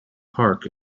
park